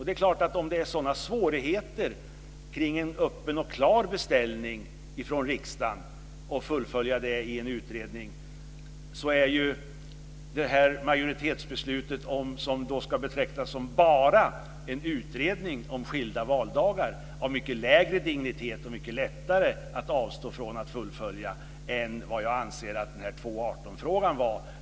Det är klart att om det är sådana svårigheter omkring en öppen och klar beställning från riksdagen, och fullföljandet av denna, i en utredning så borde ju det här majoritetsbeslutet om vad som ska betecknas som "bara" en utredning om skilda valdagar vara av mycket lägre dignitet. Det är mycket lättare att avstå från att fullfölja det än vad jag anser att det var när det gäller 2:18-frågan.